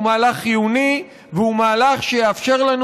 הוא מהלך חיוני והוא מהלך שיאפשר לנו